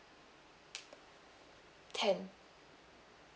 ten